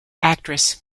actress